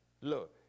Look